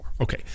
Okay